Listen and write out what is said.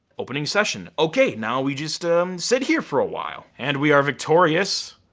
opening session. okay, now we just ah um sit here for a while. and we are victorious.